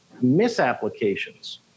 misapplications